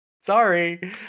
Sorry